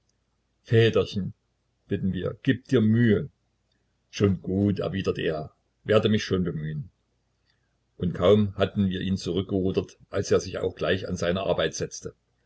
väterchen bitten wir gib dir mühe schon gut erwidert er werde mich schon bemühen und kaum hatten wir ihn zurückgerudert als er sich auch gleich an seine arbeit setzte